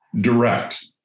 direct